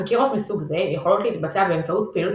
חקירות מסוג זה יכולות להתבצע באמצעות פעילות